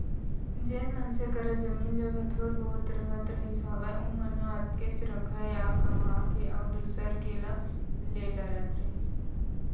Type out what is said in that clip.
जेन मनसे करा जमीन जघा थोर बहुत रहत रहिस हावय ओमन ह ओतकेच रखय या कमा के अउ दूसर के ला ले डरत रहिस हे